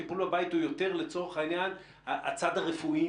טיפול בבית הוא יותר לצורך העניין הצד הרפואי